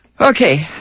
Okay